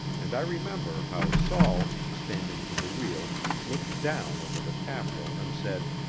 and i remember how saul, standing to the wheel, looked down over the taffrail and said,